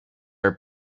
are